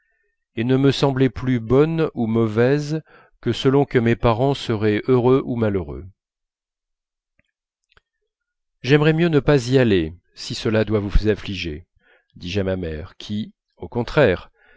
et ne me semblait plus bonne ou mauvaise que selon que mes parents seraient heureux ou malheureux j'aimerais mieux ne pas y aller si cela doit vous affliger dis-je à ma mère qui au contraire